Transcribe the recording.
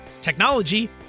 technology